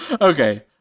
Okay